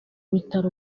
bitaro